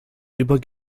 über